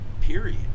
period